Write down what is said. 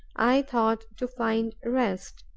i thought to find rest.